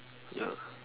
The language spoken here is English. ya